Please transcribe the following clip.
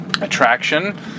attraction